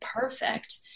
perfect